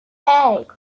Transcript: eight